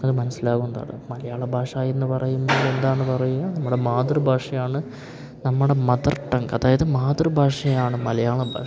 അത് മനസിലാവുന്നതാണ് മലയാള ഭാഷ എന്ന് പറയുന്നത് എന്താന്ന് പറയാന് നമ്മുടെ മാതൃ ഭാഷയാണ് നമ്മുടെ മദർ ടങ്ക് അതായത് മാതൃഭാഷയാണ് മലയാള ഭാഷ